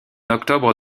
octobre